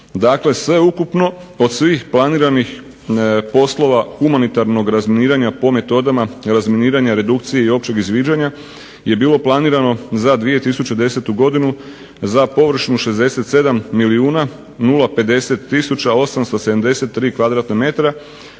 Dakle sveukupno, od svih planiranih poslova humanitarnog razminiranja po metodama razminiranja redukcije i općeg izviđanja je bilo planirano za 2010. godinu za površinu 67 milijuna 50 tisuća 873 m2, a